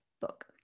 book